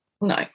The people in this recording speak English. No